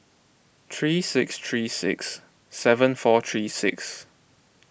three six three six seven four three six